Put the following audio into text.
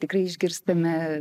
tikrai išgirstame